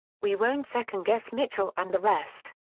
we won't second-guess mitchell and the rest.